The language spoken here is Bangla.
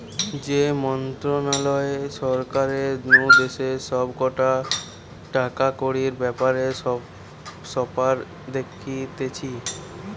যে মন্ত্রণালয় সরকার নু দেশের সব কটা টাকাকড়ির ব্যাপার স্যাপার দেখতিছে